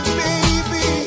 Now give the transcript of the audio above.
baby